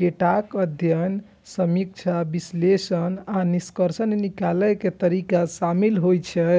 डेटाक अध्ययन, समीक्षा, विश्लेषण आ निष्कर्ष निकालै के तरीका शामिल होइ छै